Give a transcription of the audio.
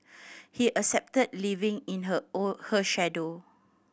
he accepted living in her our her shadow